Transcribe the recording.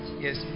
Yes